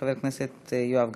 חבר הכנסת יואב גלנט.